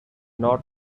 not